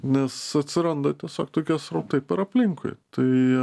nes atsiranda tiesiog tokie srautai per aplinkui tai